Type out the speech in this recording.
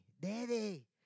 Daddy